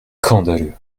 scandaleux